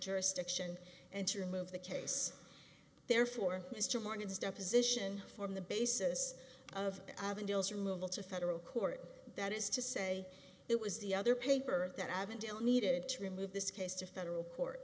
jurisdiction and to move the case therefore mr morgan's deposition form the basis of having deals removal to federal court that is to say it was the other paper that avondale needed to remove this case to federal court